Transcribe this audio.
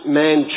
man